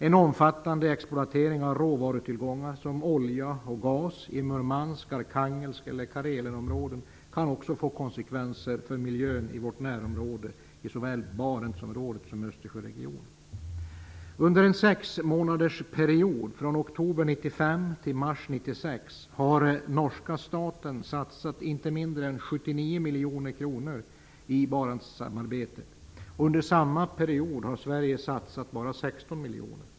En omfattande exploatering av råvarutillgångar som olja och gas i Murmansk, Arkhangelsk eller Karelenområdet kan också få konsekvenser för miljön i vårt närområde, i såväl Barentsområdet som Östersjöregionen. till mars 1996 har norska staten satsat inte mindre än 79 miljoner kronor i Barentssamarbetet. Under samma period har Sverige satsat bara 16 miljoner.